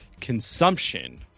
consumption